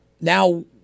Now